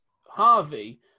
Harvey